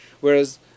Whereas